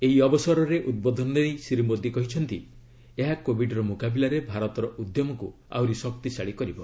ଏହି ଅବସରରେ ଉଦ୍ବୋଧନ ଦେଇ ଶ୍ରୀ ମୋଦି କହିଛନ୍ତି ଏହା କୋବିଡ୍ର ମୁକାବିଲାରେ ଭାରତର ଉଦ୍ୟମକୁ ଆହୁରି ଶକ୍ତିଶାଳୀ କରିବ